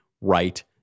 right